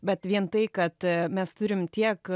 bet vien tai kad mes turim tiek